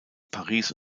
paris